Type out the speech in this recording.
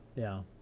yeah.